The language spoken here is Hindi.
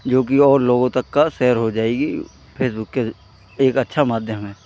जोकि और लोगों तक का शेयर हो जाएगी फेसबुक के एक अच्छा माध्यम है